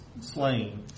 slain